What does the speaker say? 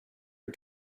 for